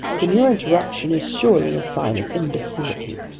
then your interruption is surely a sign of imbecility.